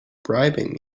bribing